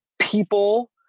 people